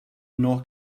nor